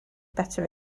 better